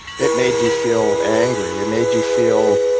it made you feel angry. it made you feel